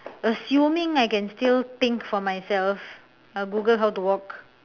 assuming I can still think for myself I will google how to walk